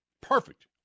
perfect